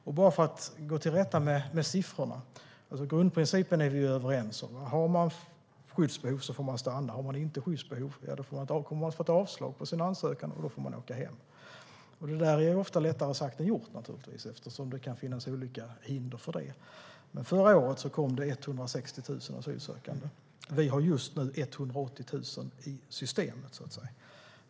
Vi är överens om grundprincipen att om man har skyddsbehov får man stanna. Har man inte skyddsbehov kommer man att få avslag på sin ansökan och får då åka hem. Det där är naturligtvis ofta lättare sagt än gjort, eftersom det kan finnas olika hinder för det. Men förra året kom det 160 000 asylsökande. Vi har just nu 180 000 i systemet.